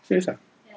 serious ah